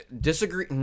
disagree